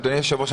אדוני היושב ראש,